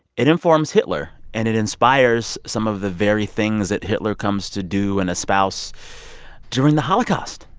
it informs hitler, and it inspires some of the very things that hitler comes to do and espouse during the holocaust.